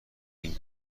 این